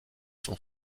son